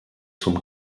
zum